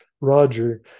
Roger